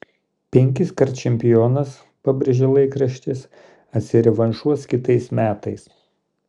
penkiskart čempionas pabrėžė laikraštis atsirevanšuos kitais metais